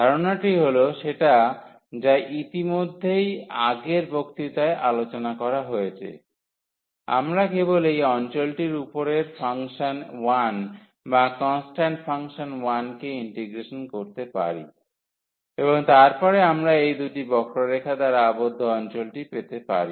ধারণাটি হল সেটা যা ইতিমধ্যেই আগের বক্তৃতায় আলোচনা করা হয়েছে আমরা কেবল এই অঞ্চলটির উপরে ফাংশন 1 বা কন্সট্যান্ট ফাংশন 1 কে ইন্টিগ্রেট করতে পারি এবং তারপরে আমরা এই দুটি বক্ররেখা দ্বারা আবদ্ধ অঞ্চলটি পেতে পারি